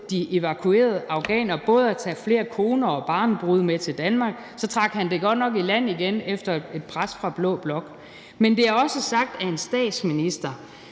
de evakuerede afghanere både at tage flere koner og barnebrude med til Danmark. Så trak han det godt nok i land igen efter et pres fra blå blok. Men det er også sagt af en statsminister,